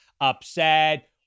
upset